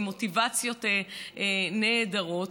עם מוטיבציות נהדרות,